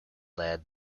lead